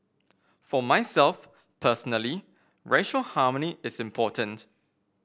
for myself personally racial harmony is important